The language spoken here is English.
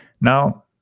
Now